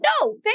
no